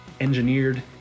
engineered